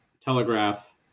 telegraph